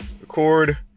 record